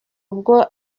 ubwo